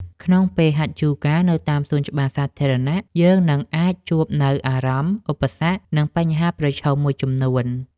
ក្នុងពេលហាត់យូហ្គានៅតាមសួនច្បារសាធារណៈ យើងនឹងអាចជួបនូវអារម្មណ៍ ឧបសគ្គ និងបញ្ហាប្រឈមមួយចំនួន។